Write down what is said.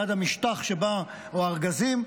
ליד המשטח או הארגזים,